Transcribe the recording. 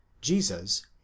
Jesus